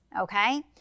okay